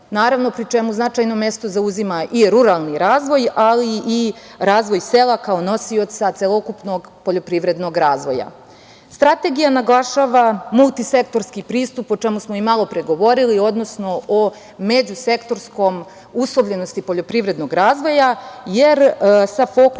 naravno, pri čemu značajno mesto zauzima i ruralni razvoj, ali i razvoj sela, kao nosioca celokupnog poljoprivrednog razvoja. Strategija naglašava multisektorski pristup, o čemu smo i malopre govorili, odnosno o međusektorskoj uslovljenosti poljoprivrednog razvoja, sa fokusom